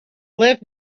live